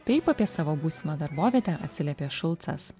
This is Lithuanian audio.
taip apie savo būsimą darbovietę atsiliepė šulcas